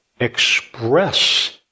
express